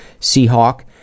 Seahawk